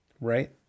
Right